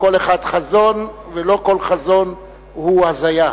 לכל אחד חזון ולא כל חזון הוא הזיה.